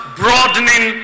broadening